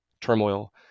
turmoil